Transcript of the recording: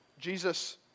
Jesus